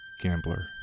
gambler